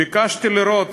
ביקשתי לראות